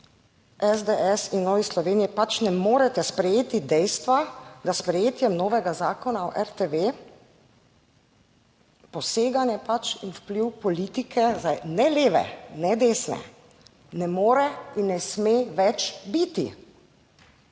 SDS in Novi Sloveniji pač ne morete sprejeti dejstva, da s sprejetjem novega Zakona o RTV poseganje pač in vpliv politike zdaj ne leve ne desne ne more in ne sme več biti.